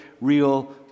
real